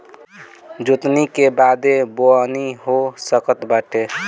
जोतनी के बादे बोअनी हो सकत बाटे